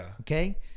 Okay